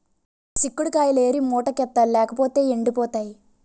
సిక్కుడు కాయిలేరి మూటకెత్తాలి లేపోతేయ్ ఎండిపోయి పోతాయి